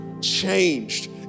changed